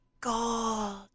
god